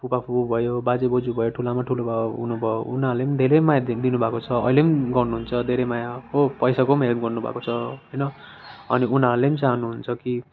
फुपा फुपू भयो बाजे बोजु भयो ठुलोआमा ठुलोबाबा हुनुभयो अब उनीहरूले नि धेरै माया दिनुभएको छ अहिले पनि गर्नुहुन्छ धेरै माया हो पैसाको पनि हेल्प गर्नुभएको छ होइन अनि उनीहरूले पनि चाहनुहुन्छ कि